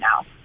now